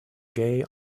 gay